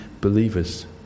believers